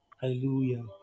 Hallelujah